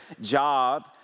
job